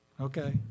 Okay